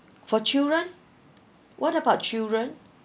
for children what about children